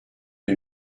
une